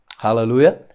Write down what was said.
Hallelujah